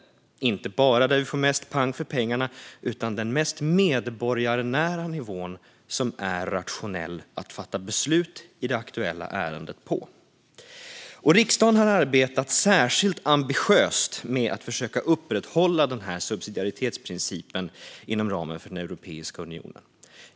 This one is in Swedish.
Det ska alltså inte bara vara den nivå där vi får mest pang för pengarna, utan beslut ska fattas på den mest medborgarnära nivå som är rationell för det aktuella ärendet. Riksdagen har arbetat särskilt ambitiöst med att försöka upprätthålla subsidiaritetsprincipen inom ramen för Europeiska unionen.